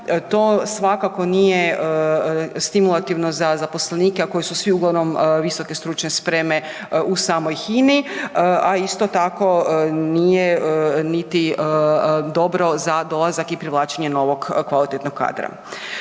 to svakako nije stimulativno za zaposlenike, a koji su svi uglavnom VSS u samoj HINA-i, a isto tako nije niti dobro za dolazak i privlačenje novog kvalitetnog kadra.